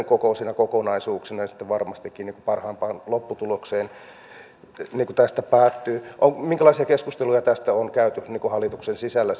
kokoisina kokonaisuuksina se sitten varmastikin parhaimpaan lopputulokseen tästä päättyy minkälaisia keskusteluja tästä on käyty hallituksen sisällä